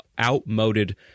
outmoded